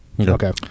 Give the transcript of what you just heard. Okay